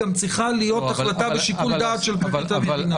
גם צריכה להיות החלטה בשיקול דעת של פרקליט המדינה.